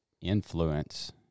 influence